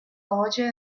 larger